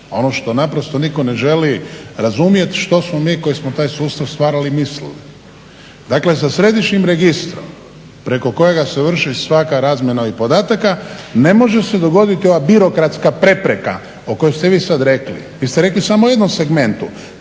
ono što nitko ne želi što smo mi koji smo taj sustav stvarali i mislili. Dakle sa središnjim registrom preko kojega se vrši svaka razmjena ovih podataka, ne može se dogoditi ova birokratska prepreka o kojoj ste vi sada rekli. vi ste rekli samo o jednom segmentu,